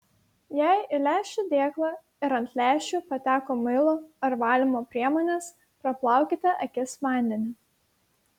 jei į lęšių dėklą ir ant lęšių pateko muilo ar valymo priemonės praplaukite akis vandeniu